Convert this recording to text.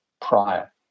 prior